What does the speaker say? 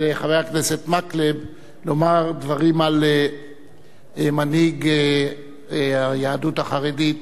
לחבר הכנסת מקלב לומר דברים על מנהיג היהדות החרדית,